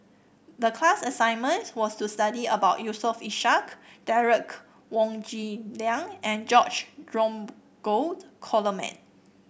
the class assignment was to study about Yusof Ishak Derek Wong Zi Liang and George Dromgold Coleman